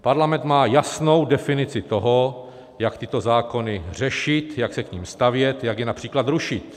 Parlament má jasnou definici toho, jak tyto zákony řešit, jak se k nim stavět, jak je například rušit.